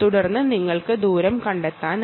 ചെയ്യാനാകുംതുടർന്ന് നിങ്ങൾക്ക് ദൂരം കണ്ടെത്താനാകും